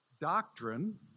doctrine